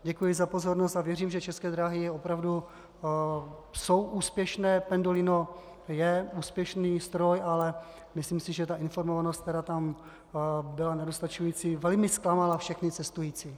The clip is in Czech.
Děkuji za pozornost a věřím, že České dráhy jsou opravdu úspěšné, pendolino je úspěšný stroj, ale myslím si, že ta informovanost byla nedostačující, velmi zklamala všechny cestující.